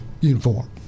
uniform